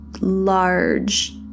large